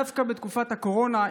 דווקא בתקופת הקורונה,